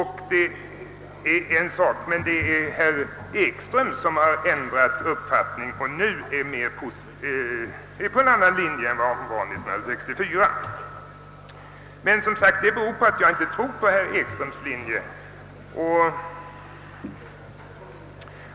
Herr Ekström har emellertid ändrat uppfattning och är nu inne på en annan linje än han var 1964. Jag tror inte på herr Ekströms linje.